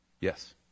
yes